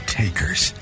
takers